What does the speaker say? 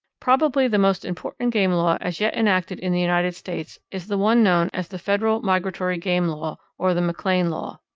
probably the most important game law as yet enacted in the united states is the one known as the federal migratory game law or the mclean law.